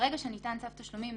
ברגע שניתן צו תשלומים,